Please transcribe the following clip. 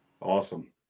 Awesome